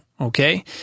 okay